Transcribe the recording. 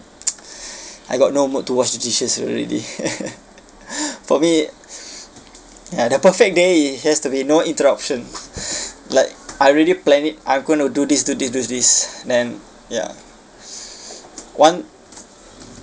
I got no mood to wash the dishes already for me uh the perfect day it has to be no interruption like I already plan it I'm going to do this do this do this then ya one